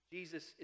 Jesus